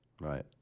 Right